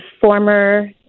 former